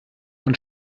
und